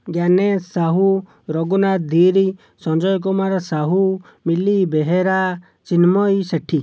Gyanesh Sahu Raghunath Dhiri Sanjay Kumar Sahu Mili Behera Chinmayee Sethi